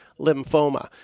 lymphoma